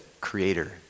creator